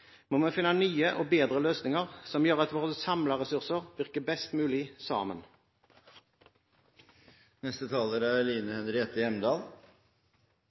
Vi må finne nye og bedre løsninger som gjør at våre samlede ressurser virker best mulig sammen. I trontalen, som er regjeringens kortnotat over neste